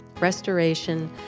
restoration